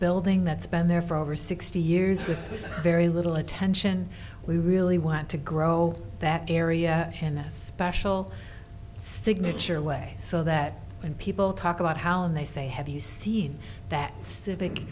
building that's been there for over sixty years with very little attention we really want to grow that area in a special signature way so that when people talk about how they say have you seen that civic